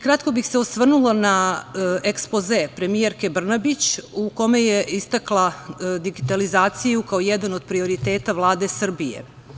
Kratko bi se osvrnula na ekspoze premijerke Brnabić, u kome je istakla digitalizaciju kao jedan od prioriteta Vlade Srbije.